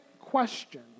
question